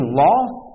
loss